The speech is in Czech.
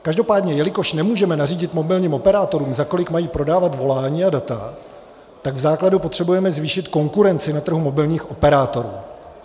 Každopádně jelikož nemůžeme nařídit mobilním operátorům, za kolik mají prodávat volání a data, tak v základu potřebujeme zvýšit konkurenci na trhu mobilních operátorů.